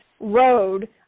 road